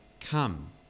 Come